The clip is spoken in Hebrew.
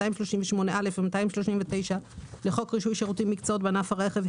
238(א() ו-239 לחוק רישוי שירותים ומקצועות בענף הרכב,